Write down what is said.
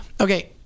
okay